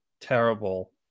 terrible